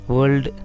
World